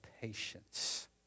patience